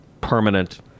permanent